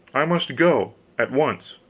i must go at once.